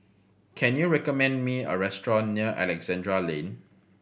can you recommend me a restaurant near Alexandra Lane